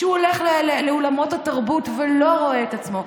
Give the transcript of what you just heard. כשהוא הולך לאולמות התרבות ולא רואה את עצמו.